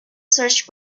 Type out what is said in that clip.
search